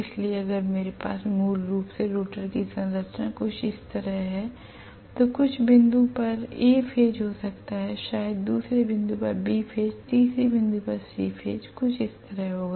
इसलिए अगर मेरे पास मूल रूप से रोटर की संरचना कुछ इस तरह है तो कुछ बिंदु पर A फेज हो सकता है शायद दूसरे बिंदु पर B फेज और तीसरे बिंदु पर C फेज कुछ इस तरह से होगा